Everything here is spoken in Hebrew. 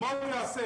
מה הוא יעשה.